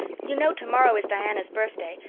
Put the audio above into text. you know tomorrow is diana's birthday.